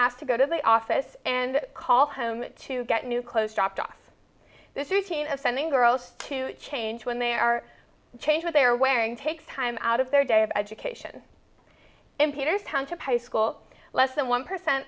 asked to go to the office and call home to get new clothes dropped off this hurricane is sending girls to change when they are change what they are wearing takes time out of their day of education in peters township high school less than one percent